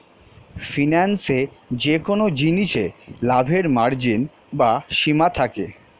ফিন্যান্সে যেকোন জিনিসে লাভের মার্জিন বা সীমা থাকে